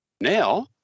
Now